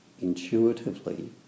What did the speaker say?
intuitively